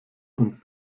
und